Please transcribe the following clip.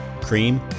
cream